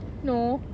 no